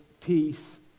peace